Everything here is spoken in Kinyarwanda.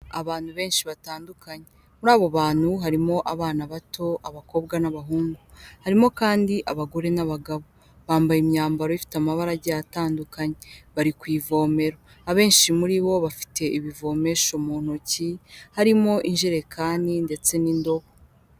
Abantu benshi batandukanye, muri abo bantu harimo abana bato, abakobwa n'abahungu, harimo kandi abagore n'abagabo, bambaye imyambaro ifite amabara agiye atandukanye, bari ku ivomero, abenshi muri bo bafite ibivomesho mu ntoki, harimo injerekani ndetse n'indobo.